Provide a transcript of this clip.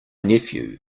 nephew